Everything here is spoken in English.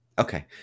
Okay